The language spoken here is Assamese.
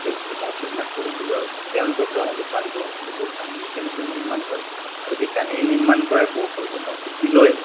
বেছি মই উপন্যাস পঢ়িছিলোঁ আৰু তেওঁলোকৰ পৰা অনুপ্ৰাণিত হৈছিলোঁ যে কাহিনী কেনেকৈ নিৰ্মাণ কৰে আৰু সেই কাহিনী নিৰ্মাণ কৰাৰ কৌশলটো মই শিকি লৈ